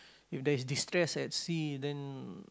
if there is distress at sea then